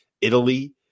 Italy